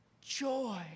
joy